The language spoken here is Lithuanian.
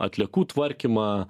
atliekų tvarkymą